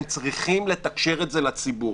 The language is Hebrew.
הם צריכים לתקשר את זה לציבור.